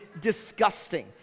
disgusting